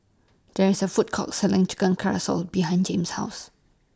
There IS A Food Court Selling Chicken behind Jame's House